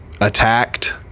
attacked